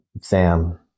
Sam